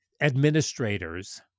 administrators